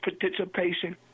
participation